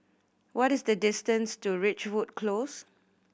what is the distance to Ridgewood Close